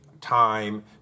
time